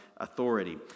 Authority